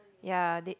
ya they